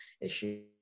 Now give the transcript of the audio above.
issue